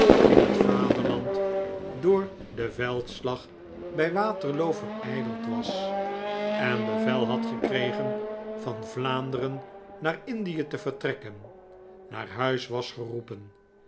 in het vaderland door den veldslag bij waterloo verijdeld was en bevel had gekregen van vlaanderen naar indie te vertrekken naar huis was geroepen